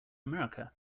america